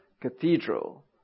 cathedral